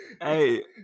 Hey